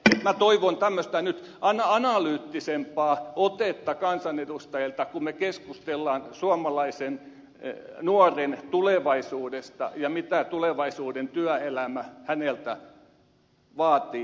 minä toivon nyt tämmöistä analyyttisempaa otetta kansanedustajilta kun me keskustelemme suomalaisen nuoren tulevaisuudesta ja siitä mitä tulevaisuuden työelämä häneltä vaatii ja odottaa